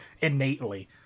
innately